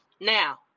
Now